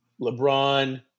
LeBron